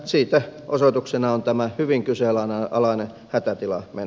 siitä osoituksena on tämä hyvin kyseenalainen hätätilamenettely